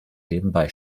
nebenbei